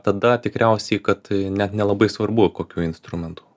tada tikriausiai kad net nelabai svarbu kokiu instrumentu